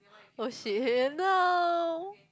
!oh shit! no